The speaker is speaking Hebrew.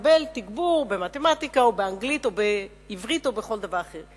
ולקבל תגבור במתמטיקה או באנגלית או בעברית או בכל דבר אחר.